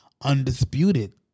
undisputed